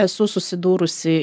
esu susidūrusi